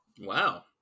Wow